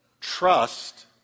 Trust